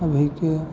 अभीके